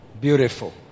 beautiful